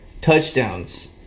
touchdowns